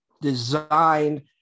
designed